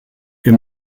wir